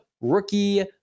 rookie